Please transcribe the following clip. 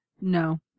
No